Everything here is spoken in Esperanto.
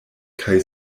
kaj